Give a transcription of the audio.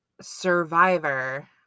survivor